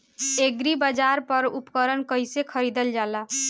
एग्रीबाजार पर उपकरण कइसे खरीदल जाला?